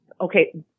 okay